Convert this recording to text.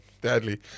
Deadly